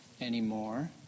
anymore